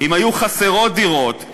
אם היו חסרות דירות,